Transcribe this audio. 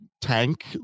tank